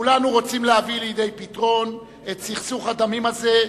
כולנו רוצים להביא לידי פתרון את סכסוך הדמים הזה,